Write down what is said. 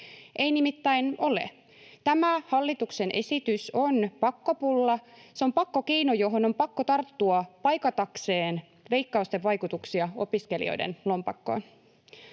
Ei nimittäin ole. Tämä hallituksen esitys on pakkopulla. Se on pakkokeino, johon on pakko tarttua paikatakseen leikkausten vaikutuksia opiskelijoiden lompakkoon.